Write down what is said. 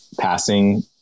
passing